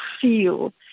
feel